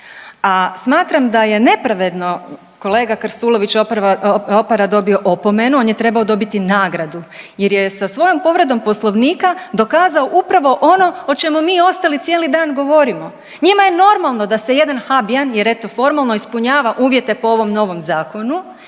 a smatram da je nepravedno kolega Krstulović Opara dobio opomenu, on je trebao dobiti nagradu jer je sa svojom povredom poslovnika dokazao upravo ono o čemu mi ostali cijeli dan govorimo. Njima je normalno da se jedan Habijan jer eto formalno ispunjava uvjete po ovom novom zakonu